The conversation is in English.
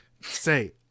say